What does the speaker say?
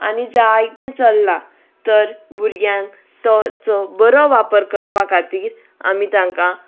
आनी जायतें चल्लां तर भुरग्यांक ताचो बरो वापर करपा खातीर आमी तांकां